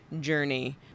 journey